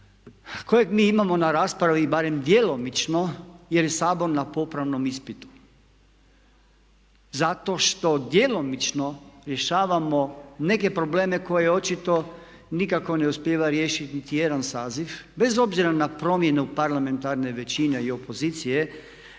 kojeg mi imamo na raspravi barem djelomično jer je Sabor na popravnom ispitu. Zato što djelomično rješavamo neke probleme koje očito nikako ne uspijeva riješiti niti jedan saziv bez obzira na promjenu parlamentarne većine i opozicije